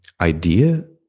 idea